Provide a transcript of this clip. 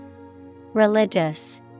religious